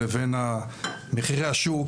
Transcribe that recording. למעשה קיבלנו מהם את הצרכים ל-10 השנים